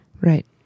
right